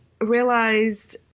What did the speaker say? realized